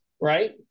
right